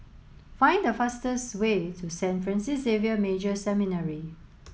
find the fastest way to Saint Francis Xavier Major Seminary